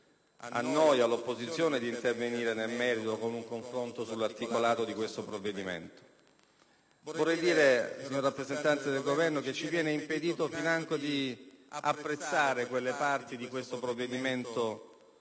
a noi, all'opposizione, di intervenire nel merito con un confronto sull'articolato del decreto-legge in esame. Signor rappresentante del Governo, ci viene impedito finanche di apprezzare quelle parti del provvedimento